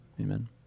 Amen